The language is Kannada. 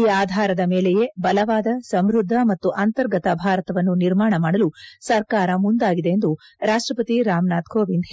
ಈ ಆಧಾರದ ಮೇಲೆಯೆ ಬಲವಾದ ಸಮೃದ್ದ ಮತ್ತು ಅಂತರ್ಗತ ಭಾರತವನ್ನು ನಿರ್ಮಾಣ ಮಾಡಲು ಸರ್ಕಾರ ಮುಂದಾಗಿದೆ ಎಂದು ರಾಷ್ಟ್ರಪತಿ